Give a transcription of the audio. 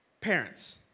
Parents